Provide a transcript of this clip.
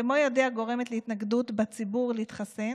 במו ידיה גורמת להתנגדות בציבור להתחסן.